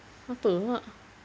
apa awak